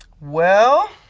well,